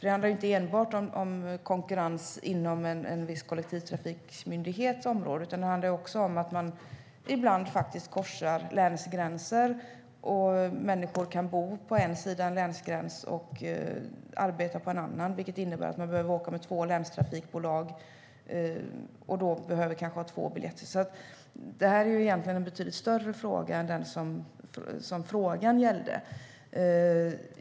Det handlar inte enbart om konkurrens inom en viss kollektivtrafikmyndighets område, utan det handlar också om att man ibland korsar länsgränser. Människor kan bo på en sida av en länsgräns och arbeta på en annan, vilket innebär att man behöver åka med två länstrafikbolag och då behöver ha två biljetter. Det här är egentligen en betydligt större fråga än den som interpellationen gällde.